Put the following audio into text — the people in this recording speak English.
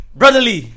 brotherly